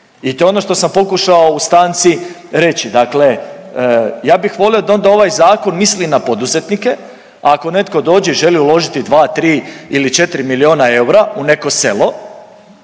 I to je ono što sam pokušao u stanci reći. Dakle, ja bih volio da onda ovaj zakon misli i na poduzetnike, a ako netko dođe i želi uložiti 2, 3 ili 4 miliona eura u neko selo,